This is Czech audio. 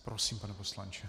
Prosím, pane poslanče.